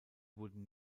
wurden